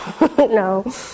no